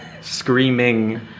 screaming